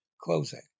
closing